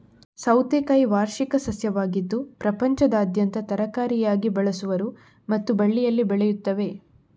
ಸೌತೆಕಾಯಿ ವಾರ್ಷಿಕ ಸಸ್ಯವಾಗಿದ್ದು ಪ್ರಪಂಚದಾದ್ಯಂತ ತರಕಾರಿಯಾಗಿ ಬಳಸುವರು ಮತ್ತು ಬಳ್ಳಿಯಲ್ಲಿ ಬೆಳೆಯುತ್ತವೆ